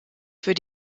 für